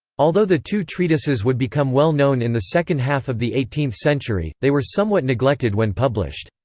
although the two treatises would become well known in the second half of the eighteenth century, they were somewhat neglected when published.